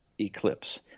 eclipse